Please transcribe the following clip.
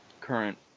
current